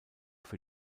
für